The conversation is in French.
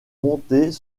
montés